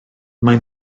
mae